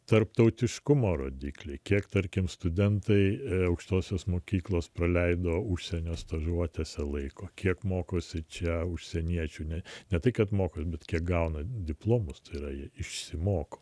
tarptautiškumo rodikliai kiek tarkim studentai aukštosios mokyklos praleido užsienio stažuotėse laiko kiek mokosi čia užsieniečių nei ne tai kad mokate bet kiek gauna diplomus tai yra jie išsimoko